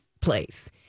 place